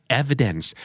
evidence